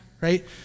right